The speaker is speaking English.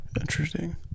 Interesting